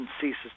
ceases